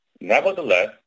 Nevertheless